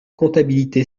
comptabilité